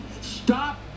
Stop